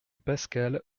pascal